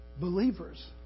Believers